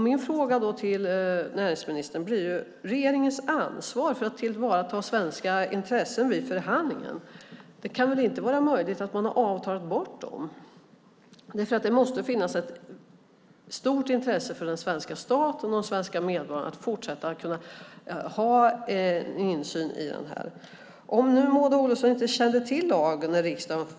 Min fråga till näringsministern gäller regeringens ansvar för att tillvarata svenska intressen vid förhandlingen. Det kan väl inte vara möjligt att man har avtalat bort det? Det måste finnas ett stort intresse från svenska staten och svenska medborgare att fortsatt kunna ha en insyn. Det var riksdagens majoritet som fattade beslut om den framtida funktionen.